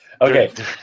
Okay